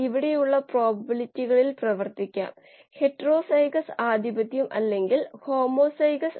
അതിനാൽ യഥാർത്ഥ ഡാറ്റയുടെ അഭാവത്തിൽ Γcells 4